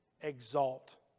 exalt